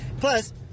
plus